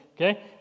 Okay